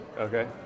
Okay